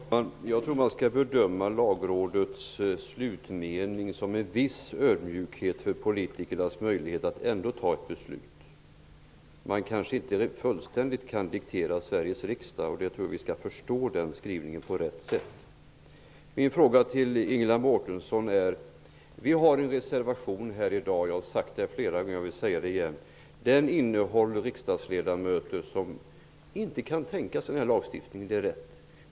Herr talman! Jag tror att man skall bedöma Lagrådets slutmening som en viss ödmjukhet inför politikernas möjlighet att fatta ett beslut. Lagrådet kanske inte fullständigt kan diktera för Sveriges riksdag. Vi måste förstå skrivningen på rätt sätt. Vi har en reservation här i dag -- jag har sagt det flera gånger och jag vill säga det igen -- som är undertecknad av flera riksdagsledamöter som inte kan tänka sig den här lagstiftningen. Det är rätt.